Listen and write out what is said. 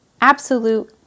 absolute